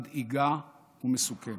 מדאיגה ומסוכנת.